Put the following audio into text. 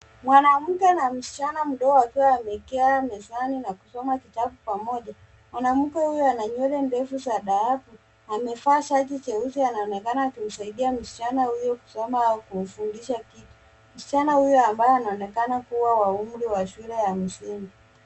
Mwanamke na msichana mdogo wakiwa wamekaa mezani ma kusoma kitabu pamoja. Mwanamke huyo ana nywele ndefu za dhahabu, amevaa shati jeusi, anaonekana akimsaidia msichana huyo kusoma au kumfundisha kitu. Msichana huyo ambaye anaonekana kuwa wa umri wa shule ya msingi.